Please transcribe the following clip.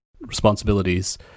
responsibilities